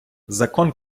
закон